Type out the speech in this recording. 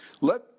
let